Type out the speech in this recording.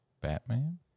Batman